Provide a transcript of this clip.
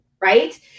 right